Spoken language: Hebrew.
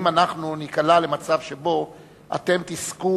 מה יהיה אם אנחנו ניקלע למצב שבו אתם תזכו